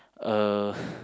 uh